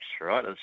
right